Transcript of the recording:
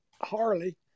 harley